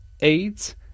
AIDS